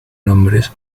nombres